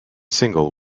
single